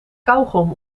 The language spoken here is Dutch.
kauwgom